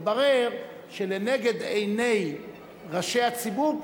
התברר שלנגד עיני ראשי הציבור,